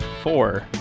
four